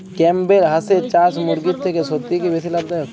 Campbell হাঁসের চাষ মুরগির থেকে সত্যিই কি বেশি লাভ দায়ক?